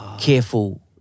careful